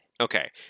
Okay